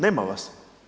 Nema vas.